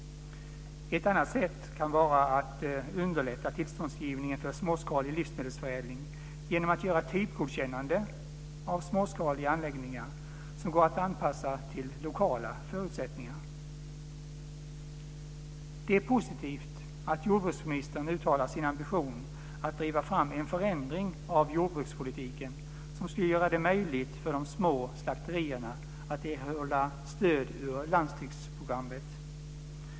Ett annat sätt kan vara att underlätta tillståndgivningen för småskalig livsmedelsförädling genom att göra typgodkännande av småskaliga anläggningar som går att anpassa till lokala förutsättningar. Det är positivt att jordbruksministern uttalat sin ambition att driva fram en förändring av jordbrukspolitiken som skulle göra det möjligt för de små slakterierna att erhålla stöd ur landsbygdsprogrammet.